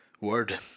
Word